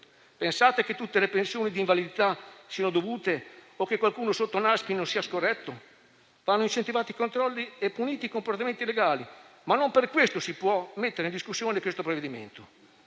Pensate che tutte le pensioni di invalidità siano dovute o che qualcuno sotto Naspi non sia scorretto? Vanno incentivati i controlli e puniti i comportamenti illegali, ma non per questo si può mettere in discussione questo provvedimento.